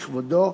בכבודו,